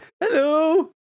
Hello